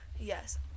yes